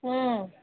ꯎꯝ